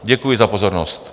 Děkuji za pozornost.